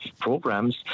programs